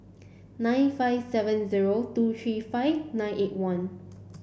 nine five seven zero two three five nine eight one